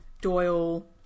Doyle